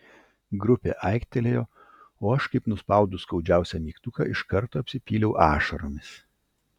grupė aiktelėjo o aš kaip nuspaudus skaudžiausią mygtuką iš karto apsipyliau ašaromis